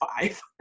five